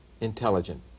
intelligent